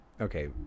okay